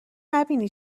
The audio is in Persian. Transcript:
نبینی